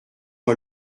moi